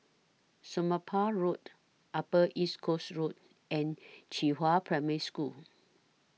Somapah Road Upper East Coast Road and Qihua Primary School